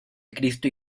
cristo